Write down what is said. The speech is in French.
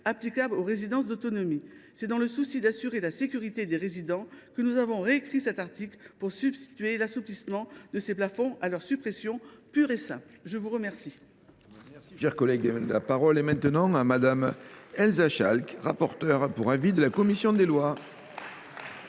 applicables aux résidences autonomie. C’est dans le souci d’assurer la sécurité des résidents que nous avons réécrit cet article, pour substituer l’assouplissement de ces plafonds à leur suppression pure et simple. La parole